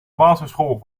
basisschool